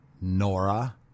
Nora